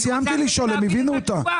אני סיימתי לשאול, הם הבינו את השאלה.